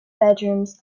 bedrooms